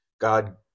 God